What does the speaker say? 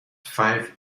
five